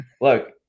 look